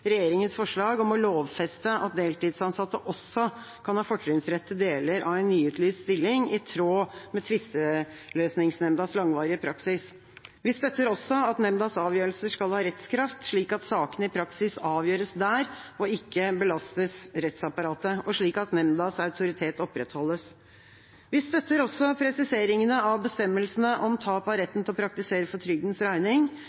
regjeringas forslag om å lovfeste at deltidsansatte også kan ha fortrinnsrett til deler av en nyutlyst stilling, i tråd med Tvisteløsningsnemndas langvarige praksis. Vi støtter også at nemndas avgjørelser skal ha rettskraft, slik at sakene i praksis avgjøres der og ikke belastes rettsapparatet, og slik at nemndas autoritet opprettholdes. Vi støtter også presiseringene av bestemmelsene om